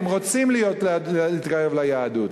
הם רוצים להתקרב ליהדות.